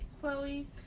Chloe